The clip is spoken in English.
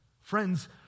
Friends